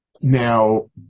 Now